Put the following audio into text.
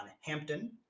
Hampton